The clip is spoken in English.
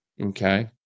okay